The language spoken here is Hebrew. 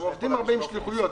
הם עובדים הרבה עם שליחויות.